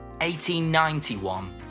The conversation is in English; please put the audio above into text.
1891